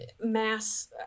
mass